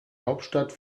hauptstadt